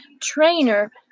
trainer